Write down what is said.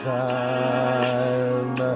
time